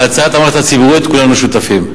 בהצעה אתה אמרת ציבורית, כולנו שותפים.